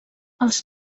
els